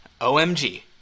OMG